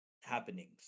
happenings